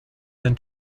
than